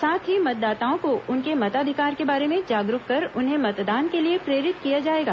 साथ ही मतदाताओं को उनके मताधिकार के बारे में जागरूक कर उन्हें मतदान के लिए प्रेरित किया जाएगा